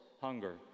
hunger